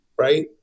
right